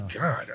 God